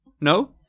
No